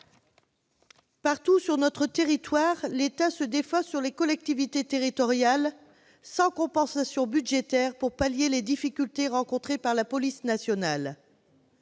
Partout, sur notre territoire, l'État se défausse sur les collectivités territoriales, sans compensation budgétaire, pour pallier les difficultés rencontrées par la police nationale.